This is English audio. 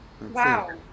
Wow